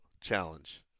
challenge